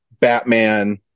Batman